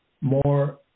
more